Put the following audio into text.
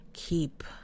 Keep